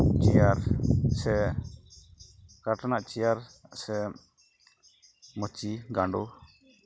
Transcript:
chair ᱥᱮ ᱠᱟᱴᱷ ᱨᱮᱭᱟᱜ ᱪᱮᱭᱟᱨ ᱥᱮ ᱢᱟᱹᱪᱤ ᱜᱟᱸᱰᱳ